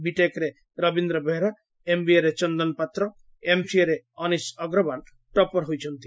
ବି'ଟେକରେ ରବୀନ୍ର ବେହେରା ଏମବିଏରେ ଚନ୍ଦନ ପାତ୍ର ଏମସିଏରେ ଅନୀଷ ଅଗ୍ରଓ୍ୱାଲ ଟପ୍ପର ହୋଇଛନ୍ତି